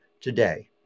today